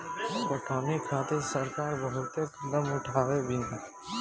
पटौनी खातिर सरकार बहुते कदम उठवले बिया